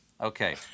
Okay